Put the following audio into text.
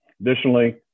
Additionally